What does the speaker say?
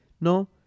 no